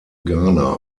ghana